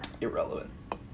Irrelevant